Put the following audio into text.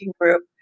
group